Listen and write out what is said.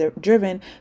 driven